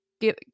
give